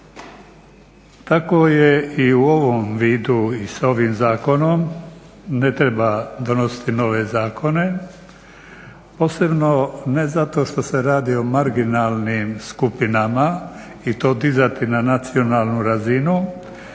Tako je i u ovom vidu i sa ovim zakonom, ne treba donositi nove zakone, posebno ne zato što se radi o marginalnim skupinama i to dizati na nacionalnu razinu,